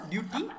Duty